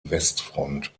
westfront